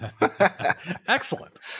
Excellent